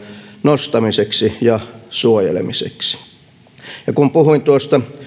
nostamiseksi ja suojelemiseksi kun puhuin tuosta